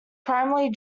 primarily